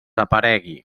aparegui